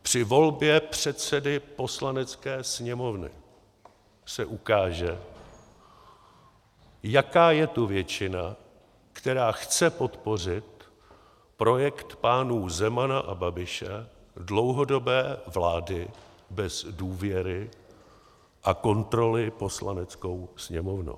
Při volbě předsedy Poslanecké sněmovny se ukáže, jaká je tu většina, která chce podpořit projekt pánů Zemana a Babiše dlouhodobé vlády bez důvěry a kontroly Poslaneckou sněmovnou.